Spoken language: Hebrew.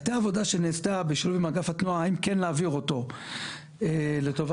אני פעיל בתחום